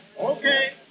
Okay